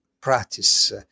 practice